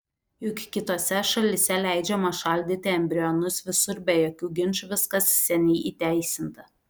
juk kitose šalyse leidžiama šaldyti embrionus visur be jokių ginčų viskas seniai įteisinta